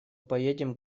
поедем